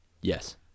Yes